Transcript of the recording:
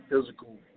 physical